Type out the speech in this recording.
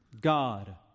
God